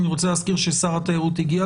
אני רוצה להזכיר ששר התיירות הגיע